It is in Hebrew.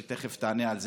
ותכף תענה על זה.